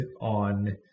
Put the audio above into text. on